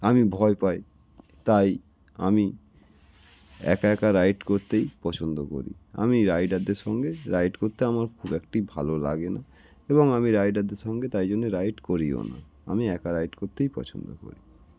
আমি ভয় পাই তাই আমি একা একা রাইড করতেই পছন্দ করি আমি রাইডারদের সঙ্গে রাইড করতে আমার খুব একটি ভালো লাগে না এবং আমি রাইডারদের সঙ্গে তাই জন্যে রাইড করিও না আমি একা রাইড করতেই পছন্দ করি